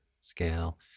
scale